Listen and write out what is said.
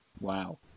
Wow